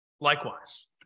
Likewise